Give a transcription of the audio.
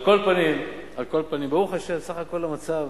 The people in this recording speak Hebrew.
על כל פנים, ברוך השם, סך הכול המצב,